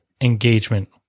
engagement